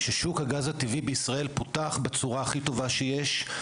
יותר מכל מוכיח ששוק הגז הטבעי בישראל פותח בצורה הכי טובה שיש.